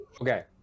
okay